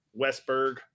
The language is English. Westberg